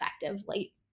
effectively